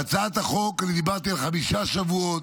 בהצעת החוק דיברתי על חמישה שבועות.